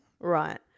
Right